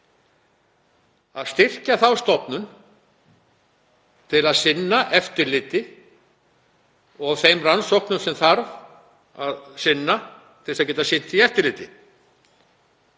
að styrkja þá stofnun til að sinna eftirliti og þeim rannsóknum sem þarf að sinna til að geta sinnt því eftirliti.